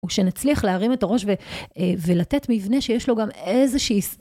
וכשנצליח להרים את הראש ולתת מבנה שיש לו גם איזושהי...